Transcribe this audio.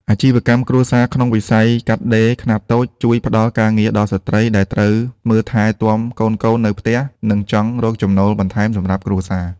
អាជីវកម្មគ្រួសារក្នុងវិស័យកាត់ដេរខ្នាតតូច ជួយផ្ដល់ការងារដល់ស្ត្រីដែលត្រូវមើលថែទាំកូនៗនៅផ្ទះ និងចង់រកចំណូលបន្ថែមសម្រាប់គ្រួសារ។